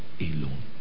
alone